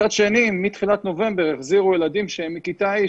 מתחילת נובמבר החזירו ילדים מכיתה ה',